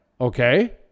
okay